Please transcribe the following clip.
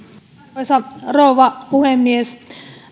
arvoisa rouva puhemies